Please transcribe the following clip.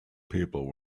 people